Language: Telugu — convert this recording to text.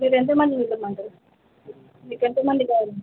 మీరెంత మంది ఉంటామంటారు మీకెంతమంది కాావాలి